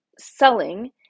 selling